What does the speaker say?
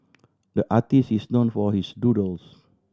the artist is known for his doodles